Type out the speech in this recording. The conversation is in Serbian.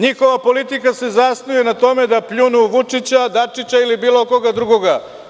Njihova politika se zasniva na tome da pljunu Vučića, Dačića ili bilo koga drugoga.